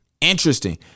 interesting